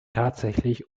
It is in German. tatsächlich